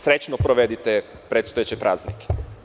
Srećno provedite predstojeće praznike.